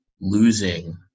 losing